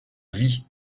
vie